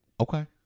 Okay